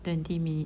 twenty minute